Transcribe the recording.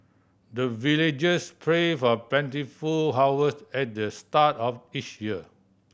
the villagers pray for plentiful harvest at the start of each year